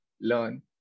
learn